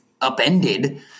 upended